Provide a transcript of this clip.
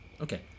Okay